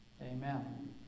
Amen